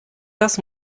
das